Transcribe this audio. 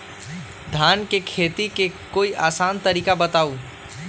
धान के खेती के कोई आसान तरिका बताउ?